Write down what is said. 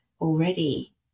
already